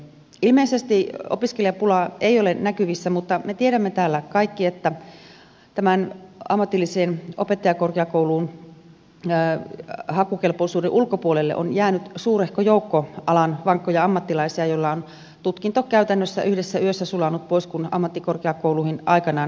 ilmeisesti opiskelijapulaa ei ole näkyvissä mutta me tiedämme täällä kaikki että tämän ammatillisen opettajakorkeakoulun hakukelpoisuuden ulkopuolelle on jäänyt suurehko joukko alan vankkoja ammattilaisia joilla on tutkinto käytännössä yhdessä yössä sulanut pois kun ammattikorkeakouluihin aikanaan siirryttiin